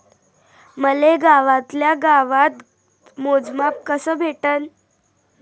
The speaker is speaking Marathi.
मले गावातल्या गावात मोजमाप कस भेटन?